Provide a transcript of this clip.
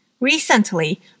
Recently